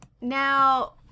now